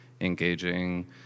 engaging